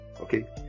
okay